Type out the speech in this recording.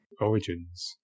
Origins